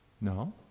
no